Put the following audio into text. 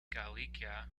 galicia